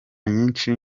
nyinshi